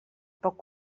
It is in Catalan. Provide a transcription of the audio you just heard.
poc